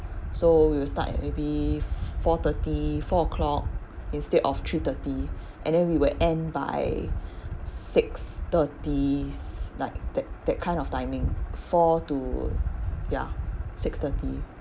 so we will start at maybe four thirty four o'clock instead of three thirty and then we will end by six thirty like that that kind of timing four to ya six thirty